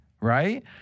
right